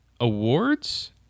Awards